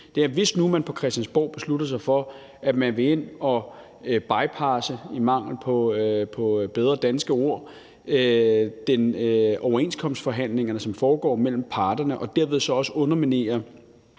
at hvis nu man på Christiansborg beslutter sig for, at man vil ind at bypasse – i mangel på et bedre dansk ord – de overenskomstforhandlinger, som foregår mellem parterne, og derved så også underminere